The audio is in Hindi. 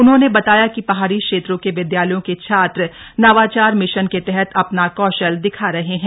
उन्होंने बताया कि पहाड़ी क्षेत्रों के विद्यालयों के छात्र नवाचार मिशन के तहत अपना कौशल दिखा रहे है